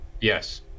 Yes